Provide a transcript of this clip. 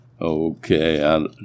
Okay